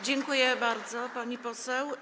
Dziękuję bardzo, pani poseł.